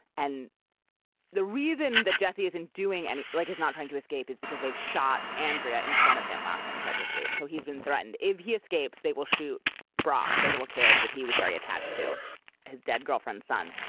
and the reason that jesse isn't doing and it like he's not trying to escape is because they've shot andrea in front of him last time he tried to escape. so he's been threatened if he escapes they will shoot brock the little kid that he was very attached to his dead girlfriend son.